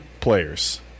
players